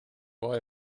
vad